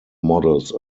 models